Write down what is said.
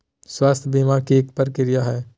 स्वास्थ बीमा के की प्रक्रिया है?